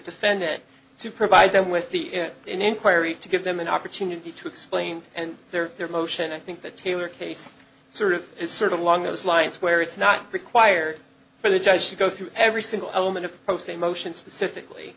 defendant to provide them with the inquiry to give them an opportunity to explain and there their motion i think that taylor case sort of is sort of along those lines where it's not required for the judge to go through every single element of pro se motion specifically